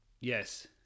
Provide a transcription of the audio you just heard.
Yes